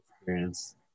experience